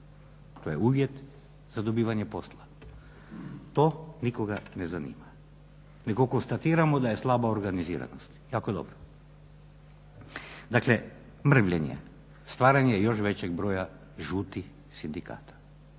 To je uvjet za dobivanje posla. To nikoga ne zanima nego konstatiramo da je slaba organiziranost, jako dobro. Dakle mrvljenje, stvaranje još većeg broja žutih sindikata.